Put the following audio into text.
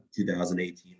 2018